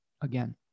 again